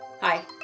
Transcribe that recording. hi